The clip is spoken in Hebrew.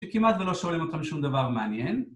שכמעט ולא שואלים אותם שום דבר מעניין